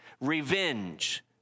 revenge